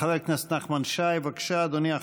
חבר הכנסת נחמן שי, בבקשה, אדוני.